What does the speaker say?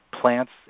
plants